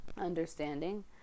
understanding